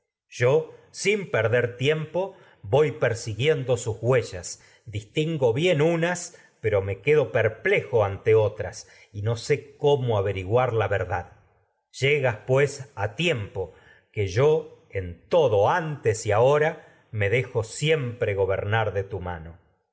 voy sangre perder tiempo persi guiendo sus huellas distingo bien unas pero do me que perplejo ante otras y no sé cómo averiguar la ver que dad llegas pues a me tiempo yo en todo antes y ahora dejo siempre gobernar de tu mano